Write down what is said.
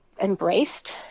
embraced